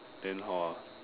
then how ah